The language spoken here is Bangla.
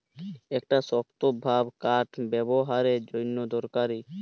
একটা শক্তভাব কাঠ ব্যাবোহারের জন্যে দরকারি